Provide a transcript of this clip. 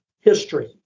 history